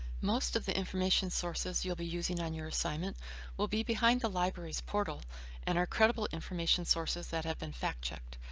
most of the information sources you'll be using on your assignment will be behind the library's portal and are credible information sources that have been fact checked.